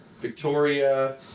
Victoria